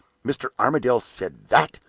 mr. armadale said that?